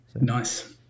nice